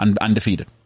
Undefeated